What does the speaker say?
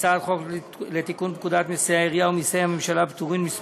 הצעת חוק לתיקון פקודי מסי העירייה ומסי הממשלה (פטורין) (מס'